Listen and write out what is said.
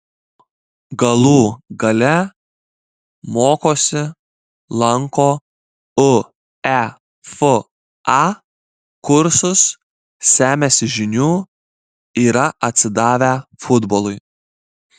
galų gale mokosi lanko uefa kursus semiasi žinių yra atsidavę futbolui